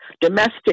domestic